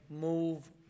move